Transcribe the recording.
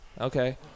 okay